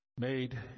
made